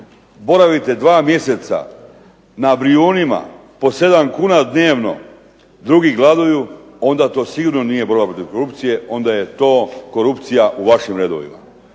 boravite 2 mjeseca na Brijunima po 7 kuna dnevno, drugi gladuju, onda to sigurno nije borba protiv korupcije, onda je to korupcija u vašim redovima.